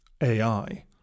ai